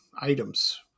items